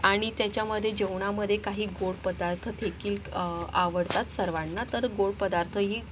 आणि त्याच्यामध्ये जेवणामध्ये काही गोड पदार्थ देखील क आवडतात सर्वांना तर गोड पदार्थही